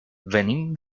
venim